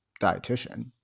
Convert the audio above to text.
dietitian